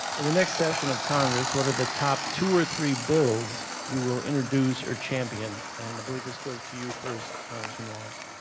in the next session of congress, what are the top two or three bills you will introduce or champion? and i believe this goes to you first, congressman walz.